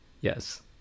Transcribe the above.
Yes